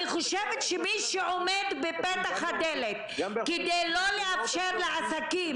אני חושבת שמי שעומד בפתח הדלת כדי לא לאפשר לעסקים